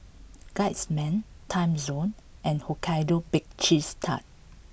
Guardsman Timezone and Hokkaido Baked Cheese Tart